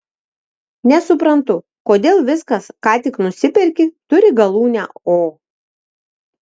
nesuprantu kodėl viskas ką tik nusiperki turi galūnę o